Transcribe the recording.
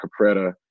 Capretta